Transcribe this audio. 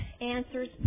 answers